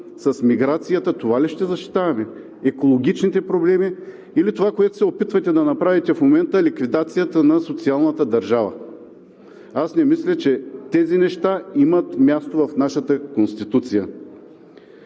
с миграцията, това ли ще защитаваме? Екологичните проблеми или това, което се опитвате да направите в момента, е ликвидацията на социалната държава. Аз не мисля, че тези неща имат място в нашата Конституция.